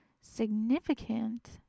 significant